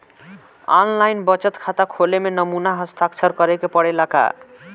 आन line बचत खाता खोले में नमूना हस्ताक्षर करेके पड़ेला का?